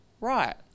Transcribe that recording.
right